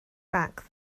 back